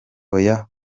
oya